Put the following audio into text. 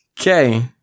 Okay